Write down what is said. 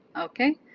okay